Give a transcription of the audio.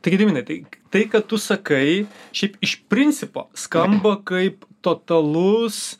tai gediminai tai tai ką tu sakai šiaip iš principo skamba kaip totalus